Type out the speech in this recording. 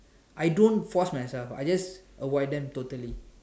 I don't force myself I just avoid them totally